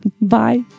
Bye